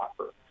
offer